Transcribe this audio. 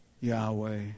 Yahweh